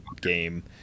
game